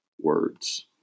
words